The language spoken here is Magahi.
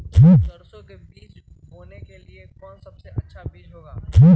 सरसो के बीज बोने के लिए कौन सबसे अच्छा बीज होगा?